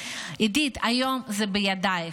עידית, היום זה בידייך.